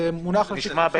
זה מונח לשיקולכם.